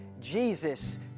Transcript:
Jesus